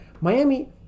Miami